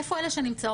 איפה אלה שנמצאות?